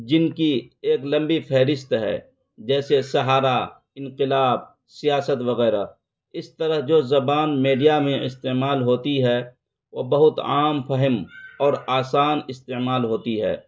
جن کی ایک لمبی فہرست ہے جیسے سہارا انقلاب سیاست وغیرہ اس طرح جو زبان میڈیا میں استعمال ہوتی ہے وہ بہت عام فہم اور آسان استعمال ہوتی ہے